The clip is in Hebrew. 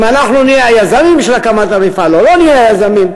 אם אנחנו נהיה היזמים של הקמת המפעל או לא נהיה היזמים,